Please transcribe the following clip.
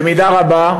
במידה רבה,